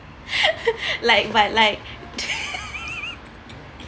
like what like